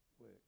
work